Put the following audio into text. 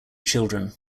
children